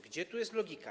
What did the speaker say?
Gdzie tu jest logika?